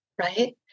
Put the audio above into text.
Right